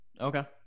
Okay